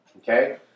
Okay